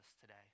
today